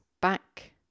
back